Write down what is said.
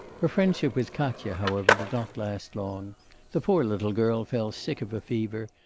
her friendship with katya, however, did not last long the poor little girl fell sick of fever,